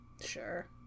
Sure